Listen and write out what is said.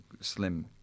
slim